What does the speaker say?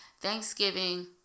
Thanksgiving